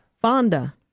Fonda